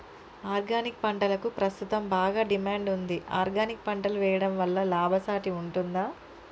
Organic పంటలకు ప్రస్తుతం బాగా డిమాండ్ ఉంది ఆర్గానిక్ పంటలు వేయడం వల్ల లాభసాటి ఉంటుందా?